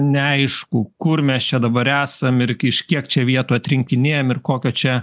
neaišku kur mes čia dabar esam ir kiš kiek čia vietų atrinkinėjam ir kokio čia